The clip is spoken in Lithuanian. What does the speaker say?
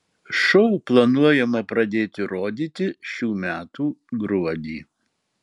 šou planuojama pradėti rodyti šių metų gruodį